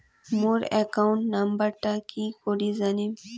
মোর account নাম্বারটা কি করি জানিম?